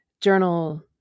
journal